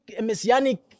messianic